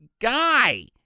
guy